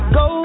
go